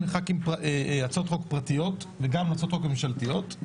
להצעות חוק פרטיות וגם להצעות חוק ממשלתיות.